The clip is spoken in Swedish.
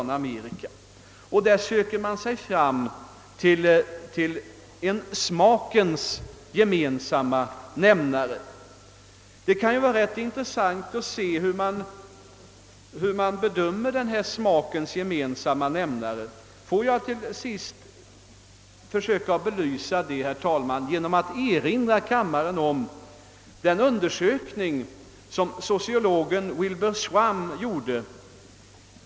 Man söker sig fram till en »smakens gemensamma nämnare». Det kan vara intressant att se hur man bedömer denna smakens gemensamma nämnare. Får jag, herr talman, försöka att belysa det genom att erinra kammarens ledamöter om den undersökning som sociologen Wilbur Schramm gjort.